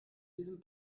diesem